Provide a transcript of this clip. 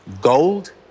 gold